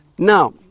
Now